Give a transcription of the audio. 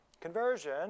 Conversion